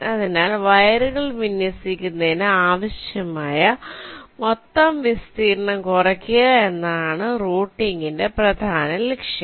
അതിനാൽ വയറുകൾ വിന്യസിക്കുന്നതിന് ആവശ്യമായ മൊത്തം വിസ്തീർണ്ണം കുറയ്ക്കുക എന്നതാണ് റൂട്ടിംഗിന്റെ പ്രധാന ലക്ഷ്യം